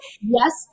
Yes